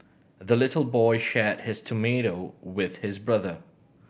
the little boy shared his tomato with his brother